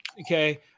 Okay